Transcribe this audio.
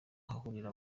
ahahurira